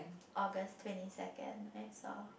August twenty second I saw